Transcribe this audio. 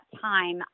time